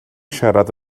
siarad